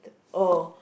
or